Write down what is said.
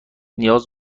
نیاز